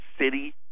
city